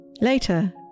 Later